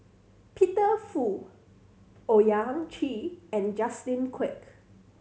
Peter Fu Owyang Chi and Justin Quek